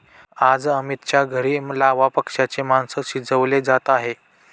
आज अमितच्या घरी लावा पक्ष्याचे मास शिजवले जात आहे